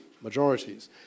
majorities